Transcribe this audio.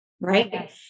right